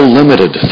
limited